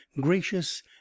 gracious